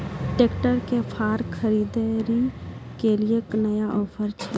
Tractor के फार खरीदारी के लिए नया ऑफर छ?